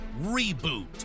Reboot